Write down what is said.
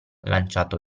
lanciato